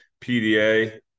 PDA